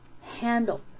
handle